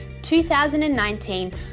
2019